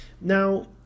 Now